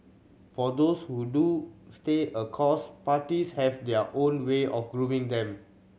for those who do stay a course parties have their own way of grooming them